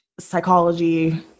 Psychology